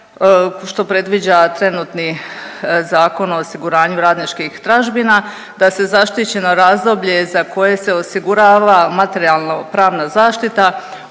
što predviđa trenutni Zakon o osiguranju radničkih tražbina da se zaštićeno razdoblje za koje se osigurava materijalno pravna zaštita